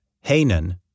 Hanan